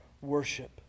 worship